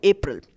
April